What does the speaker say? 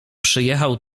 przyjechał